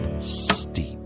steep